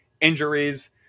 injuries